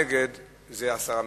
נגד זה הסרה מסדר-היום.